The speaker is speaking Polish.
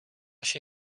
się